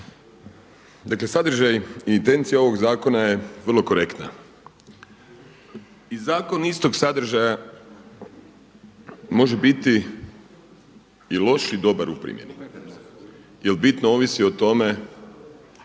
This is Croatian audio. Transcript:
Dakle sadržaj i intencija ovog zakona je vrlo korektna. I zakon istog sadržaja može biti i loš i dobar u primjeni jer bitno ovisi o tome